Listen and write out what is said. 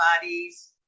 bodies